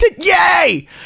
yay